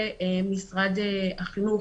ומשרד החינוך,